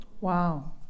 Wow